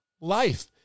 life